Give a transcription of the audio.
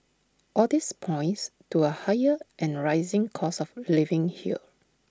all these points to A higher and rising cost of living here